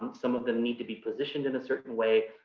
some of them need to be positioned in a certain way.